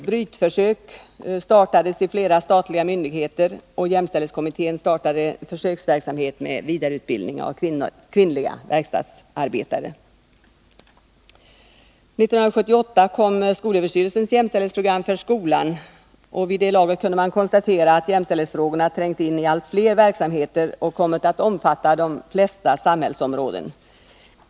Brytförsöken utvidgades till flera statliga myndigheter, och jämställdhetskommittén startade ett försöksprojekt med vidareutbildning av kvinnliga verkstadsarbetare. 1978 kom SÖ:s jämställdhetsprogram för skolan. Vid det laget kunde man konstatera att jämställdhetsfrågorna trängt in i allt fler verksamheter och kommit att omfatta de flesta samhällsområden.